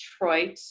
Detroit